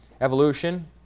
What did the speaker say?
evolution